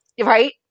Right